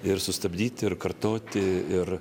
ir sustabdyt ir kartoti ir